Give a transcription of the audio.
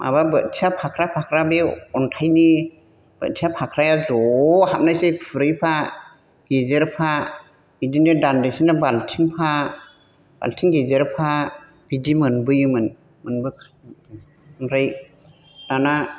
माबा बोथिया फाख्रा फाख्रा बे अन्थाइनि बोथिया फाख्राया ज' हाबनायसै खुरैफा गेजेरफा बिदिनो दानदिसेनो बालथिंफा बालथिं गेजेरफा बिदि मोनबोयोमोन ओमफ्राय दाना